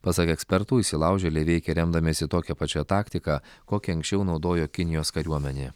pasak ekspertų įsilaužėliai veikė remdamiesi tokia pačia taktika kokią anksčiau naudojo kinijos kariuomenė